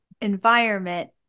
environment